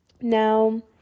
now